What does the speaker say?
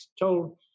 told